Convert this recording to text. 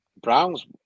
Browns